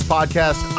Podcast